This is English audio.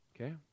Okay